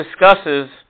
discusses